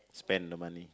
spend the money